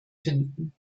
finden